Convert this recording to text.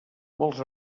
molts